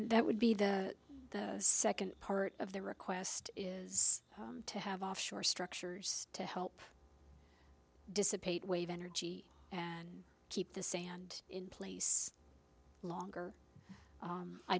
that would be the second part of the request is to have offshore structures to help dissipate wave energy and keep the sand in place longer